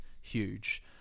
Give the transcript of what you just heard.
huge